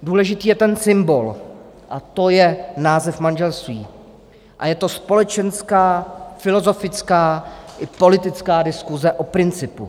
Důležitý je ten symbol, to je název manželství, a je to společenská, filozofická i politická diskuse o principu.